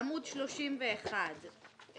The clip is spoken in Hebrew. עמ' 21,